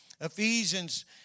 Ephesians